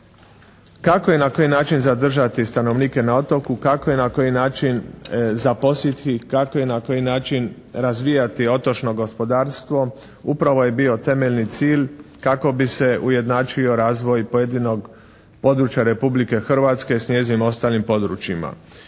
Kako i na koji način zadržati stanovnike na otoku, kako i na koji način zaposliti, kako i na koji način razvijati otočno gospodarstvo upravo je bio temeljni cilj kako bi se ujednačio razvoj pojedinog područja Republike Hrvatske s njezinim ostalim područjima.